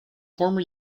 former